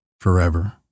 forever